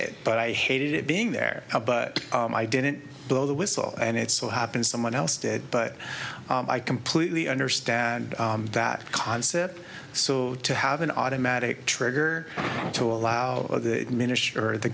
it but i hated it being there but i didn't blow the whistle and it so happens someone else did but i completely understand that concept so to have an automatic trigger to allow the minister or the